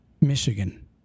Michigan